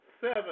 seven